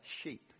sheep